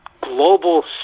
global